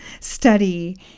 study